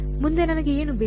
ಮುಂದೆ ನನಗೆ ಏನು ಬೇಕು